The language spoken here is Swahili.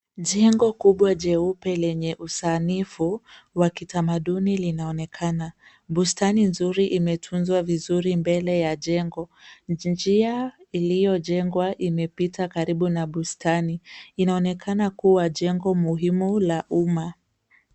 Jengo kubwa jeupe lenye usanifu wa kitamaduni linaonekana. Bustani nzuri imetuzwa vizuri mbele ya jengo. Njia iliyojengwa imepita karibu na bustani. Inaonekana kuwa jengo muhimu la umma.